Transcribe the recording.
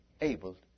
able